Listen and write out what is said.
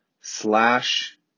slash